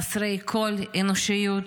שהם חסרי כל אנושיות.